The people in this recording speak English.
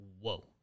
whoa